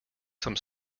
some